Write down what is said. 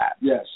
Yes